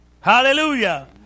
Hallelujah